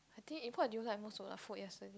I think what did you like most of the food yesterday